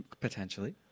Potentially